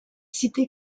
cité